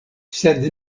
sed